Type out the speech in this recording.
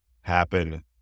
happen